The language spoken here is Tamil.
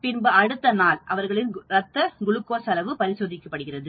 பின்பு அடுத்த நாள் அவர்களின் ரத்த குளுக்கோஸ் அளவு பரிசோதிக்கப்படுகிறது